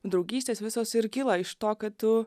draugystės visos ir kyla iš to kad tu